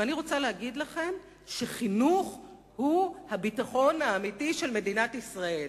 ואני רוצה להגיד לכם שחינוך הוא הביטחון האמיתי של מדינת ישראל,